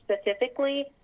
specifically